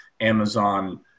Amazon